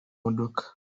modoka